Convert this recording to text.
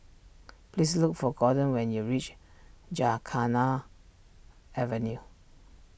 please look for Gordon when you reach Gymkhana Avenue